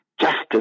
justice